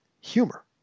humor